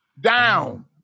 Down